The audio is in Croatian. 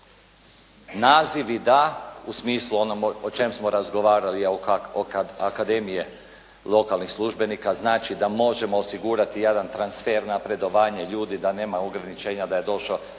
Nazivi da u smislu onome o čemu smo razgovarali Akademije lokalnih službenika, znači da možemo osigurati jedan transfer napredovanja ljudi, da nema ograničenja, da je došao